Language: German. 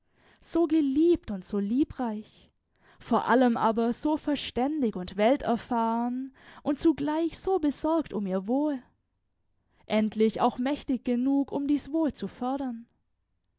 so geliebt und so liebreich vor allem aber so verständig und welterfahren und zugleich so besorgt um ihr wohl endlich auch mächtig genug um dies wohl zu fördern